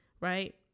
Right